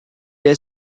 est